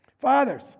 Fathers